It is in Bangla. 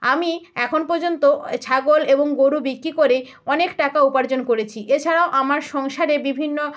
আমি এখন পর্যন্ত ছাগল এবং গরু বিক্রি করে অনেক টাকা উপার্জন করেছি এছাড়াও আমার সংসারে বিভিন্ন